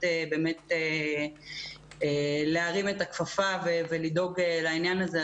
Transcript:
באמת להרים את הכפפה ולדאוג לעניין הזה,